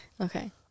Okay